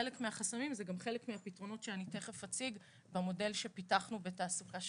חלק מהחסמים זה גם חלק מהפתרונות שתכף אציג במודל שפיתחנו בתעסוקה שווה.